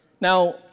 Now